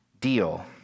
deal